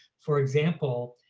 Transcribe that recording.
for example,